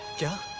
don't